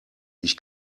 ich